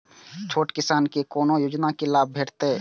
छोट किसान के कोना योजना के लाभ भेटते?